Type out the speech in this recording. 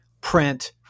print